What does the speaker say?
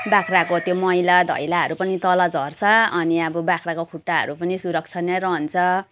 बाख्राको त्यो मैलाधैलाहरू पनि तल झर्छ अनि अब बाख्राको खुट्टाहरू पनि सुरक्षा नै रहन्छ